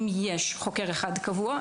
אם יש חוקר אחד קבוע,